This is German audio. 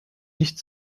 nicht